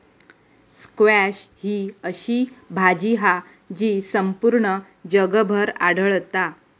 squash ही अशी भाजी हा जी संपूर्ण जगभर आढळता